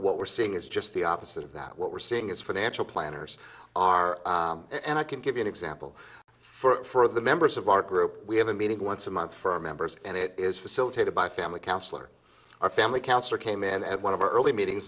what we're seeing is just the opposite of that what we're seeing is financial planners are and i can give you an example for the members of our group we have a meeting once a month for our members and it is facilitated by family counselor or family counselor came in at one of our early meetings